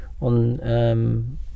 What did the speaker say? on